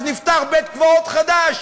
אז נפתח בית-קברות חדש.